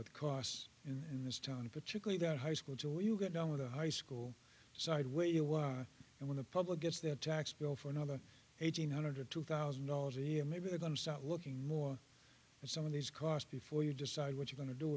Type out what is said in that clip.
with costs in this town particularly that high school till you get down with a high school side where you are and when the public gets their tax bill for another eight hundred or two thousand dollars a year maybe they're going to start looking more at some of these costs before you decide what you're going to do